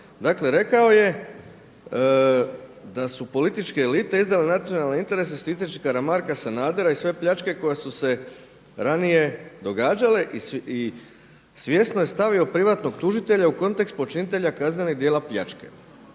rekao je da su političke elite izdale nacionalne interese štiteći Karamarka, Sanadera i sve pljačke koje su se ranije događale i svjesno je stavio privatnog tužitelja u kontekst počinitelja kaznenih djela pljačke.